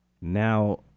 Now